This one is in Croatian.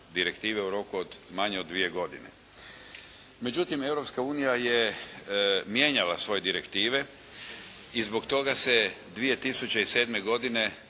u roku od manje od dvije godine. Međutim, Europska unija je mijenjala svoje direktive i zbog toga se 2007. godine